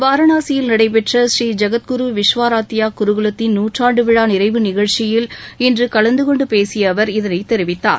வாரணாசியில் நடைபெற்ற ஸ்ரீ ஜெகத்குரு விஷ்வா ராதியா குருகுலத்தின் நுற்றாண்டு விழா நிறைவு நிகழ்ச்சியில் இன்று அவர் கலந்துகொண்டு பேசிய அவர் இதனை தெரிவித்தார்